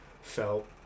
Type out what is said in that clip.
felt